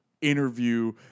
interview